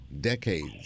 Decades